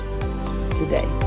today